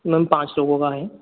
ma'am पाँच लोगों का है